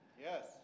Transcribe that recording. Yes